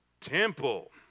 Temple